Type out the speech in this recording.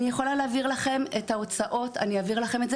אני יכולה להעביר את ההוצאות אני אעביר לכם,